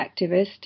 activist